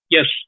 Yes